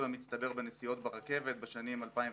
המצטבר בנסיעות ברכבת בשנים 2017-2010,